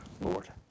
Lord